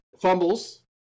fumbles